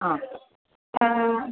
आं